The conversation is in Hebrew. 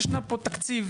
ישנו פה תקציב,